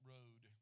Road